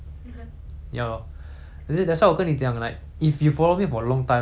if you follow me for a long time right then 你会懂 like 我是怎样的人 lah like